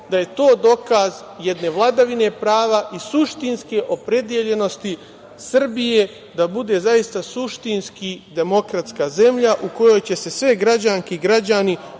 da je to dokaz jedne vladavine prava i suštinski opredeljenosti Srbije da bude zaista suštinski demokratska zemlja u kojoj će se sve građanke i građani